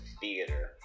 theater